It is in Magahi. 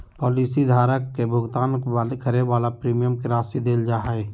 पॉलिसी धारक के भुगतान करे वाला प्रीमियम के राशि देल जा हइ